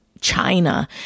China